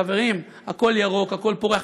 חברים, הכול ירוק, הכול פורח.